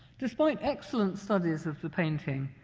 despite excellent studies of the painting,